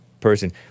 person